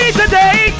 today